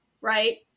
Right